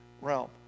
realm